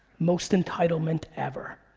most entitlement ever.